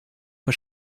for